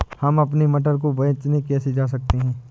हम अपने मटर को बेचने कैसे जा सकते हैं?